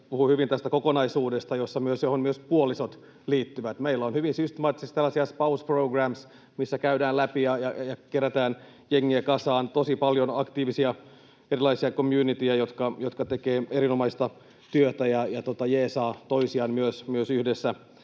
puhui hyvin tästä kokonaisuudesta, johon myös puolisot liittyvät. Meillä on hyvin systemaattisesti tällaisia spouse programmeja, missä käydään läpi ja kerätään jengiä kasaan, tosi paljon aktiivisia erilaisia communityja, jotka tekevät erinomaista työtä ja jeesaavat toisiaan myös yhdessä